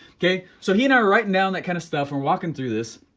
okay, so he and i were writing down that kind of stuff. we're walking through this